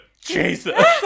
Jesus